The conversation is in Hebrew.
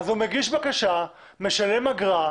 הוא מגיש בקשה ומשלם אגרה.